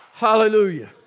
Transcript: hallelujah